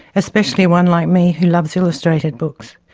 especially one like me who loves illustrated books.